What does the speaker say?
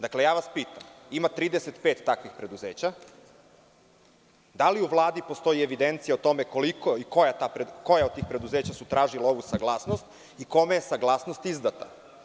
Dakle, pitam vas, ima 35 takvih preduzeća, da li u Vladi postoji evidencija o tome koja od tih preduzeća su tražila ovu saglasnost i kome je saglasnost izdata?